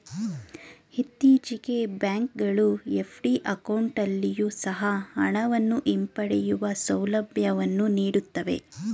ಇತ್ತೀಚೆಗೆ ಬ್ಯಾಂಕ್ ಗಳು ಎಫ್.ಡಿ ಅಕೌಂಟಲ್ಲಿಯೊ ಸಹ ಹಣವನ್ನು ಹಿಂಪಡೆಯುವ ಸೌಲಭ್ಯವನ್ನು ನೀಡುತ್ತವೆ